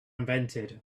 invented